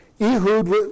Ehud